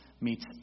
meets